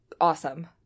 awesome